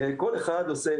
כל אחד עושה,